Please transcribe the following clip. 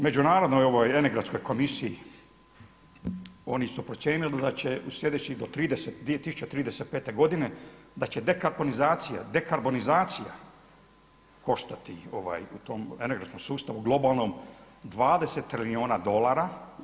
Međunarodnoj … komisiji oni su procijenili da će u sljedećih do 2035. godine da će dekaponizacija, dekarbonizacija koštati u tom energetskom sustavu globalnom 20 trilijuna dolara.